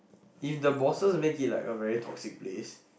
if the bosses make it like a very toxic place